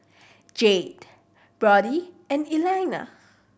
Jade Brody and Elaina